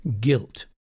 guilt